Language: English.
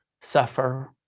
suffer